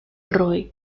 roig